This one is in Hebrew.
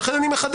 ולכן אני מחדד,